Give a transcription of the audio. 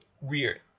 weird